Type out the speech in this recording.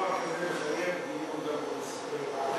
אירוע כזה מחייב דיון גם בוועדת הפנים,